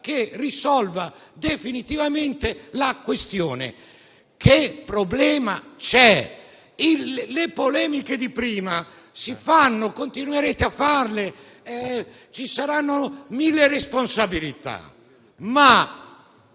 che risolva definitivamente la questione. Che problema c'è? Le polemiche di prima continuerete a farle, ci saranno mille responsabilità, ma